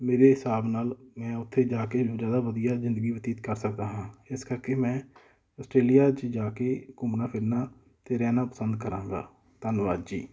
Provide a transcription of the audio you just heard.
ਮੇਰੇ ਹਿਸਾਬ ਨਾਲ ਮੈਂ ਉੱਥੇ ਜਾ ਕੇ ਜ਼ਿਆਦਾ ਵਧੀਆ ਜ਼ਿੰਦਗੀ ਬਤੀਤ ਕਰ ਸਕਦਾ ਹਾਂ ਇਸ ਕਰਕੇ ਮੈਂ ਆਸਟ੍ਰੇਲੀਆ 'ਚ ਜਾ ਕੇ ਘੁੰਮਣਾ ਫਿਰਨਾ ਅਤੇ ਰਹਿਣਾ ਪਸੰਦ ਕਰਾਂਗਾ ਧੰਨਵਾਦ ਜੀ